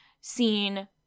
seen